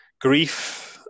grief